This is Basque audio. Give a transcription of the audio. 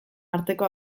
arteko